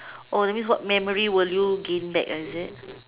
oh that means what memory will you gain back uh is it